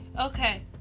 Okay